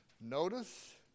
Notice